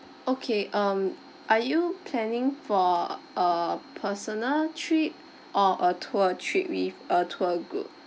okay um are you planning for a personal trip or a tour trip with a tour group